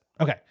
Okay